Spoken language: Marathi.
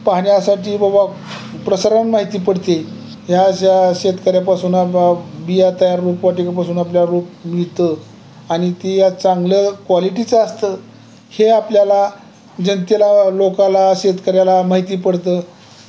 पाहण्यासाठी बाबा प्रसारण माहिती पडते ह्या अशा शेतकऱ्यापासून बिया तयार रोपवाटीकेपासून आपल्याला रोप मिळतं आणि ती या चांगलं क्वालिटीचं असतं हे आपल्याला जनतेला लोकाला शेतकऱ्याला माहिती पडतं